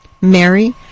Mary